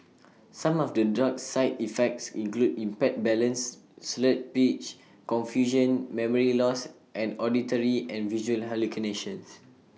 some of the drug's side effects include impaired balance slurred speech confusion memory loss and auditory and visual hallucinations